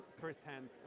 first-hand